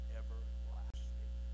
everlasting